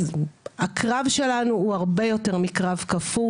אז הקרב שלנו הוא הרבה יותר מקרב כפול.